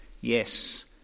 yes